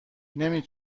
نمی